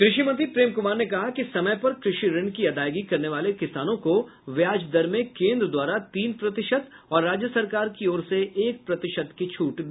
कृषि मंत्री प्रेम कुमार ने कहा कि समय पर कृषि ऋण की अदायगी करने वाले किसानों को ब्याज दर में केन्द्र द्वारा तीन प्रतिशत और राज्य सरकार की ओर से एक प्रतिशत की छूट दी जायेगी